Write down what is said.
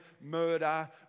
murder